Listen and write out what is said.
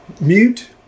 mute